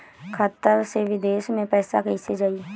खाता से विदेश मे पैसा कईसे जाई?